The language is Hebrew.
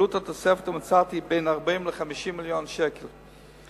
עלות התוספת המוצעת היא בין 40 ל-50 מיליון שקל בשנה.